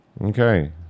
Okay